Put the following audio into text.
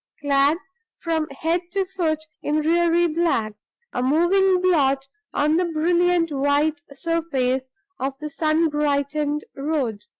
clad from head to foot in dreary black a moving blot on the brilliant white surface of the sun-brightened road.